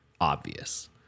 obvious